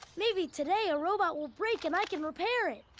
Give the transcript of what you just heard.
maybe today a robot will break and i can repair it.